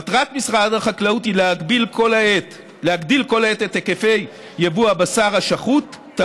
מטרת משרד החקלאות היא להגדיל כל העת את היקפי יבוא הבשר השחוט מחו"ל,